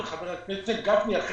ובאמת מתגייסים --- וחבר הכנסת גפני אכן